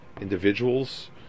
individuals